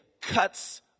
cuts